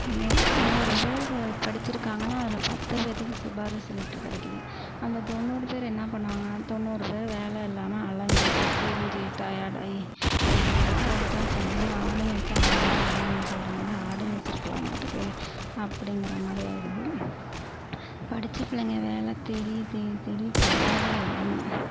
நூ நூறு பேர் படிச்சுருக்காங்கனா அதில் பத்து பேருத்துக்கு சிபாரிசு லெட்ரு கிடைக்கிது அந்த தொண்ணூறு பேர் என்ன பண்ணுவாங்க தொண்ணூறு பேர் வேலை இல்லாமல் அழைஞ்சிக்கிட்டு திரிஞ்சி டையட் ஆகி ஏன்டா படித்தோம் சிவனேன்னு ஆடு மேய்ச்சு ஆளாகிட்லாம்னு சொல்கிற மாதிரி ஆடு மேய்ச்சிருக்கலாம் மாட்டுக்கு அப்படிங்கிற மாதிரி ஆகிடுது படித்த பிள்ளைங்க வேலை தேடி தேடி தேடி டையட் ஆகிடுதுங்க